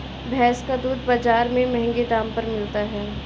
भैंस का दूध बाजार में महँगे दाम पर मिलता है